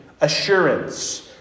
assurance